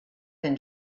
than